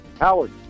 Howard